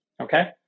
okay